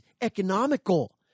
economical